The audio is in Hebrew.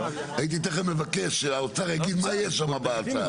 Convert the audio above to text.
הייתי תכף מבקש שהאוצר יגיד מה יש שם בהצעה.